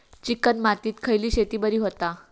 Chicken मातीत खयली शेती बरी होता?